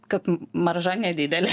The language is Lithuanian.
kad marža nedidelė